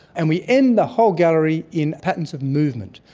and we end the whole gallery in patterns of movement,